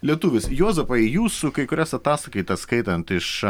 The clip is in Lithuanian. lietuvis juozapai jūsų kai kurias ataskaitas skaitant iš